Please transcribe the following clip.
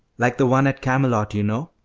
like the one at camelot, you know.